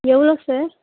எவ்வளோ சார்